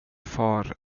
far